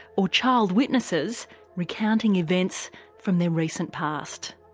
or child witnesses recounting events from their recent past.